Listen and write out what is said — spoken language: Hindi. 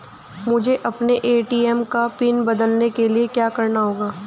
मुझे अपने ए.टी.एम का पिन बदलने के लिए क्या करना होगा?